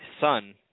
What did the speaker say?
son